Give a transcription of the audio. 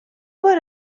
بار